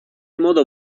modo